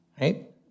right